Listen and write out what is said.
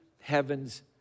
heaven's